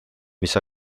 mis